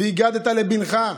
"והגדת לבנך"